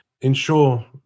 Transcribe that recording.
ensure